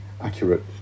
accurate